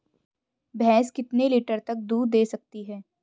भैंस कितने लीटर तक दूध दे सकती है?